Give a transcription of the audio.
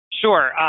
Sure